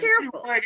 careful